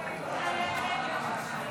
נתקבלה.